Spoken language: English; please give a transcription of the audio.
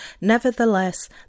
Nevertheless